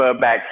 back